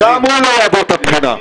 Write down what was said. גם הוא לא יעבור את הבחינה.